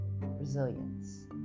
Resilience